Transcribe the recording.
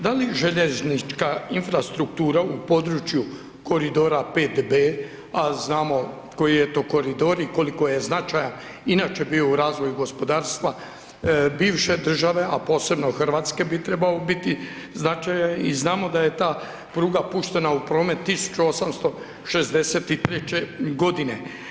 Da li željeznička infrastruktura u području koridora 5B, a znamo koji je to koridor i koliko je značajan inače bio u razvoju gospodarstva bivše države, a posebno Hrvatske bi trebao biti značajan i znamo da je ta pruga puštena u promet 1863. godine.